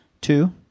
two